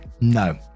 no